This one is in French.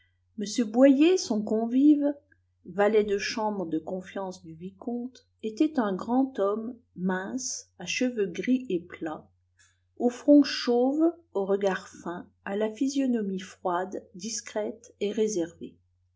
m boyer son convive valet de chambre de confiance du vicomte était un grand homme mince à cheveux gris et plats au front chauve au regard fin à la physionomie froide discrète et réservée